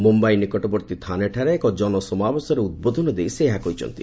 ମୁମ୍ବାଇ ନିକଟବର୍ତ୍ତୀ ଥାନେଠାରେ ଏକ ଜନସମାବେଶରେ ଉଦ୍ବୋଧନ ଦେଇ ସେ ଏହା କହିଛନ୍ତି